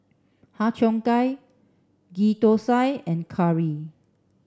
Har Cheong Gai Ghee Thosai and Curry